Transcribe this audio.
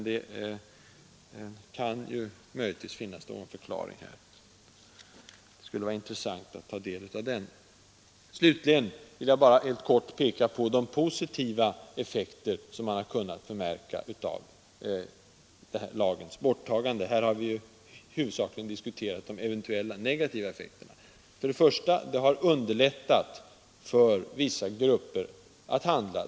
Det kan möjligtvis finnas någon förklaring, och det skulle vara intressant att få ta del av den. Slutligen vill jag bara helt kort peka på de positiva effekter som man har kunnat förmärka av lagens borttagande — hittills har vi ju huvudsakligen diskuterat de eventuella negativa effekterna. För det första har det underlättat för vissa grupper att handla.